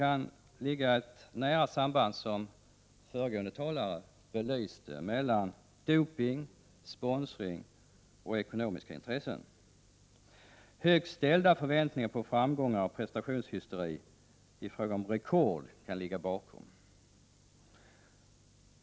Som föregående talare belyste kan det föreligga ett nära samband mellan dopning, sponsring och ekonomiska intressen. Högt ställda förväntningar på framgångar och prestationshysteri i fråga om rekord kan ligga bakom.